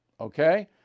okay